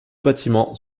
bâtiments